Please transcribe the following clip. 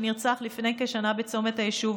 שנרצח לפני כשנה בצומת היישוב.